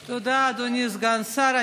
תודה, אדוני סגן השר.